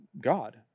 God